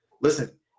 listen